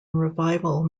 revival